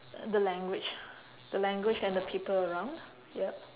the language the language and the people around yup